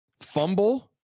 Fumble